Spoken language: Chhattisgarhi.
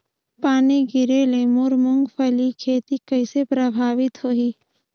पानी गिरे ले मोर मुंगफली खेती कइसे प्रभावित होही?